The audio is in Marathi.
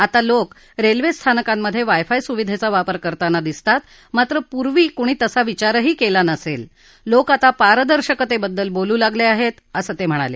आता लोक रेल्वे स्थानकांमधे वायफाय सुविधेचा वापर करताना दिसतात मात्र पूर्वी कुणी तसा विचारही केला नसेल लोक आता पारदर्शकतेबद्दल बोलू लागले आहेत असं ते म्हणाले